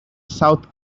south